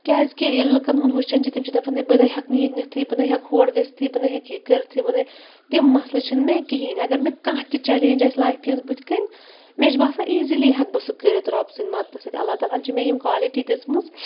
کیٛازِکہِ ییٚلہِ لُکَن ہُنٛد وٕچھان چھِ تِم چھِ دَپان ہے بہٕ نَے ہٮ۪کہٕ نہٕ یہِ نِتھٕے بہٕ نَے ہٮ۪کہٕ ہورٕ گٔژھتھٕے بہٕ نَے ہٮ۪کہٕ یہِ کٔرۍتھٕے بہٕ نَے تِم مَسلہٕ چھِنہٕ مےٚ کِہیٖنۍ اگر مےٚ کانٛہہ تہِ چَلینٛج آسہِ لایفہِ ہِٕنٛز بٕتھِ کَنۍ مےٚ چھُ باسان ایٖزِلی ہٮ۪کہٕ بہٕ سُہ کٔرِتھ رۄبہٕ سٕنٛدۍ مَدتہٕ سۭتۍ اللہ تعلیٰ ہَن چھِ مےٚ یِم کالٹی دِژمٕژ